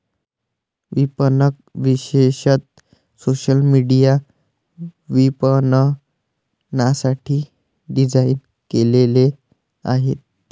विपणक विशेषतः social media विपणनासाठी डिझाइन केलेले आहेत